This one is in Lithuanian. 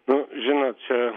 nu žinot čia